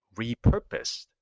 repurposed